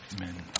Amen